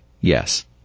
Yes